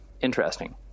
interesting